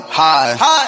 high